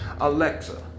Alexa